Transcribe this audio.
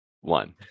one